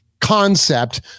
concept